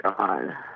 God